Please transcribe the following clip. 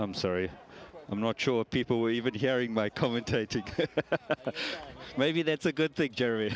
i'm sorry i'm not sure people were even hearing my commentator but maybe that's a good think jerry